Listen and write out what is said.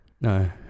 No